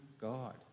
God